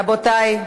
רבותי.